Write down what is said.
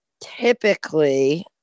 typically